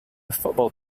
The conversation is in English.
football